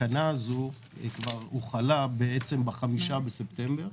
התקנה הזאת הוחלה ב-5 בספטמבר.